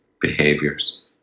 behaviors